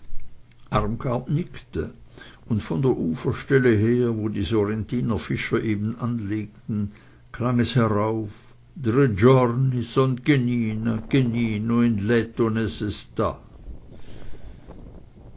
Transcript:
und von der uferstelle her wo die sorrentiner fischer eben anlegten klang es herauf